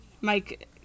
Mike